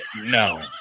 No